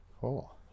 Cool